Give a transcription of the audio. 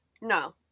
No